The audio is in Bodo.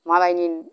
मालायनि